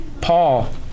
Paul